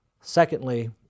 Secondly